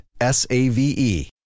S-A-V-E